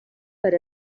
per